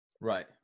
Right